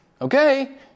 Okay